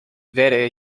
werde